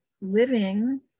living